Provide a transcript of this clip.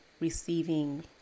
receiving